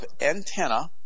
antenna